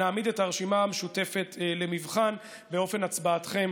נעמיד את הרשימה המשותפת למבחן באופן הצבעתכם